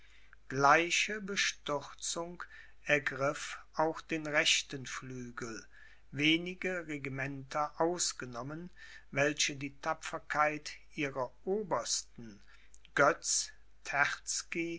gleiche bestürzung ergriff auch den rechten flügel wenige regimenter ausgenommen welche die tapferkeit ihrer obersten